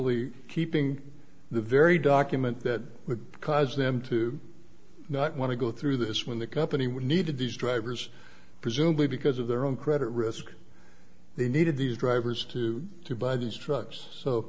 ie keeping the very document that would cause them to not want to go through this when the company would need these drivers presumably because of their own credit risk they needed these drivers to to buy these trucks so